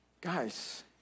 Guys